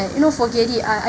you know forget it I I